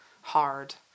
hard